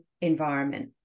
environment